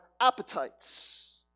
appetites